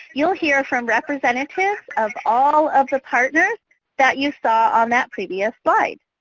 you'll hear from representatives of all of the partners that you saw on that previous slide.